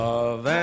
Love